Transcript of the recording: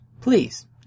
please